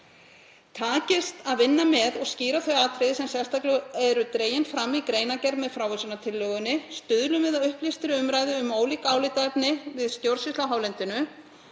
Takist að vinna með og skýra þau atriði sem sérstaklega eru dregin fram í greinargerð með frávísunartillögunni stuðlum við að upplýstri umræðu um ólík álitaefni við stjórnsýslu á hálendinu.